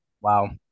Wow